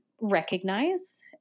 recognize